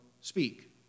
speak